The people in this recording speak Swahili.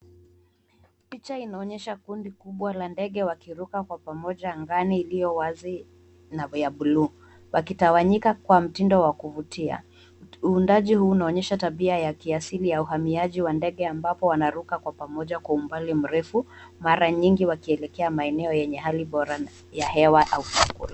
Picha inaonyesha kundi kubwa la ndege wakiruka kwa pamoja angani iliyo wazi na ya buluu wakitawanyika kwa mtindo wa kuvutia. Uundaji huu unaonyesha tabia ya kiasili ya uhamiaji wa ndege ambapo wanaruka kwa pamoja kwa umbali mrefu mara nyingi wakielekea maeneo yenye hali bora ya hewa au chakula.